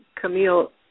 Camille